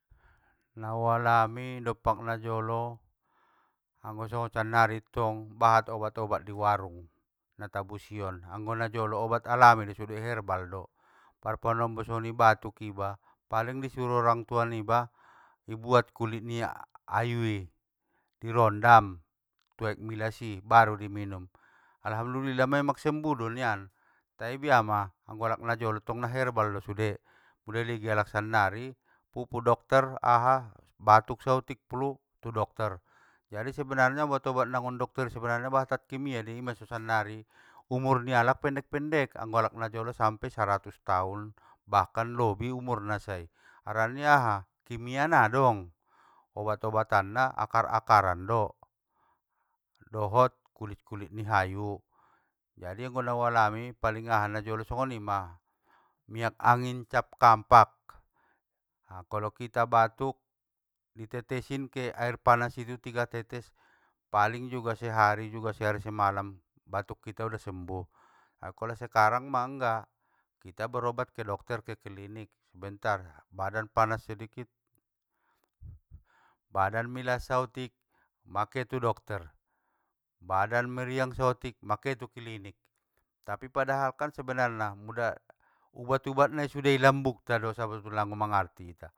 Naualami dompak najolo, anggo songon sannari tong, bahat obat obat di warung tabusion, anggo najolo obat alami do sude herbal do, parpanombo songoni batuk iba, paling isuru orangtua niba, ibuat kulit ni ayui i, rondam tu aek milas i, baru i minum, alhamdulillah memang sembuh do nian, tai bia ma anggo alak najolo tong na herbal do sude, pula iligi alak sannari pupu dokter aha, batuk saotik flu! Tu dokter, jadi sebenarna obat obat naggon dokter i sebenarna bahatan kimia dei, ima so sannari umur nialak pendek pendek, anggo alak najolo sampe saratus taon bahkan lobi umurna sai, harana nia aha kimia nadong, obat obatan na akar akaran do, dohot kulit kulit ni hayu. Jadi anggo nau alami najolo songonima, miak angin cap kampak, kalo kita batuk, i tetesin ke air panas itu tiga tetes, paling juga sehari juga sehari semalam batuk kita udah sembuh, kalo sekarang ma enggak kita berobat ke dokter ke klinik sebentar, badan panas sedikit, badan milas saotik ma ketu dokter, badan meriang sotik ma ke tuklinik, tapi padahal kan sebenarna muda mu ubat ubat nai sude na, di lambukta do sabotulna, anggo mangarti ita.